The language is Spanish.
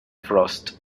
frost